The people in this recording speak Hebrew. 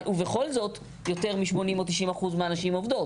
אבל בכל זאת יותר מ 80 או 90 אחוז מהאנשים עובדות.